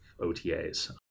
OTAs